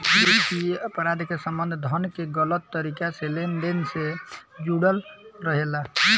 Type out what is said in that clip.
वित्तीय अपराध के संबंध धन के गलत तरीका से लेन देन से जुड़ल रहेला